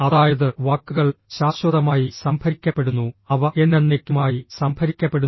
അതായത് വാക്കുകൾ ശാശ്വതമായി സംഭരിക്കപ്പെടുന്നു അവ എന്നെന്നേക്കുമായി സംഭരിക്കപ്പെടുന്നു